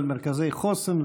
על מרכזי חוסן,